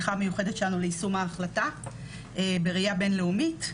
שליחה המיוחדת שלנו ליישום ההחלטה בראייה בין-לאומית.